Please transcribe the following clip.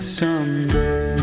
someday